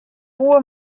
hohe